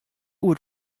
oer